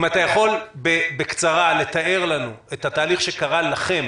אם אתה יכול בקצרה לתאר לנו את התהליך שקרה לכם